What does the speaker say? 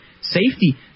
safety